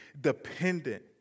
dependent